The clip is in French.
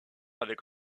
avec